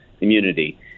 immunity